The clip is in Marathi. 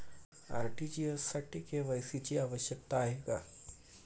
आर.टी.जी.एस साठी के.वाय.सी ची आवश्यकता आहे का?